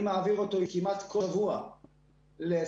אני מעביר אותי כמעט קבוע לס/מ"פ,